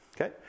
Okay